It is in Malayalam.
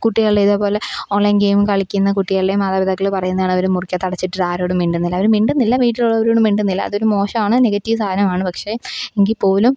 കുട്ടികളുടെയിതേ പോലെ ഓണ്ലൈന് ഗെയിം കളിക്കുന്ന കുട്ടികളുടെ മാതാപിതാക്കൾ പറയുന്നതാണ് അവർ മുറിക്കകത്തടച്ചിട്ടിട്ട് ആരോടും മിണ്ടുന്നില്ല അവർ മിണ്ടുന്നില്ല വീട്ടിലുള്ളവരോടും മിണ്ടുന്നില്ല അതൊരു മോശമാണ് നെഗറ്റീവ് സാധനമാണ് പക്ഷേ എങ്കിൽപ്പോലും